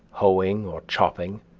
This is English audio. hoeing or chopping,